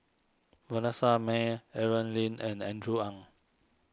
Vanessa Mae Aaron Lee and Andrew Ang